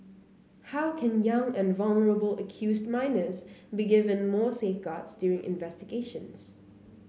how can young and vulnerable accused minors be given more safeguards during investigations